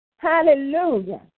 Hallelujah